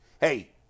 Hey